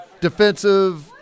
defensive